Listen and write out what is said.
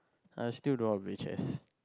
I still know how to play chests